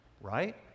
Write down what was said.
Right